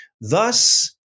Thus